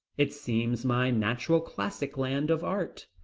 it seems my natural classic land of art.